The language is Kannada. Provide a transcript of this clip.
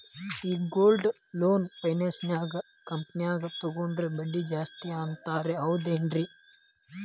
ಈ ಗೋಲ್ಡ್ ಲೋನ್ ಫೈನಾನ್ಸ್ ಕಂಪನ್ಯಾಗ ತಗೊಂಡ್ರೆ ಬಡ್ಡಿ ಜಾಸ್ತಿ ಅಂತಾರ ಹೌದೇನ್ರಿ?